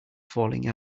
falling